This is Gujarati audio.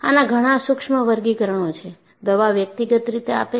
આના ઘણા સૂક્ષ્મ વર્ગીકરણો છે દવા વ્યક્તિગત રીતે આપે છે